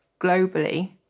globally